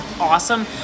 awesome